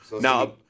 Now